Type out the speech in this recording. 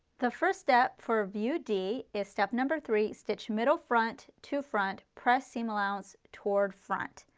the first step for view d is step number three, stitch middle front to front, press seam allowance toward front.